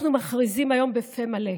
אנחנו מכריזים היום בפה מלא: